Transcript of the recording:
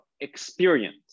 experience